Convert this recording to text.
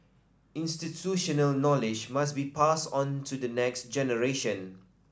institutional knowledge must be passed on to the next generation